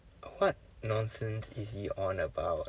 what nonsense is he on about